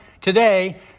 Today